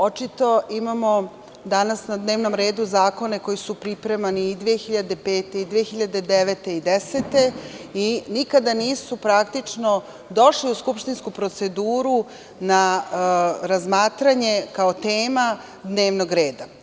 Očito imamo danas na dnevnom redu zakone koji su pripremani i 2005, i 2009. i 2010. godine, i nikada nisu praktično došli u skupštinsku proceduru na razmatranje kao tema dnevnog reda.